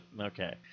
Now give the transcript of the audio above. Okay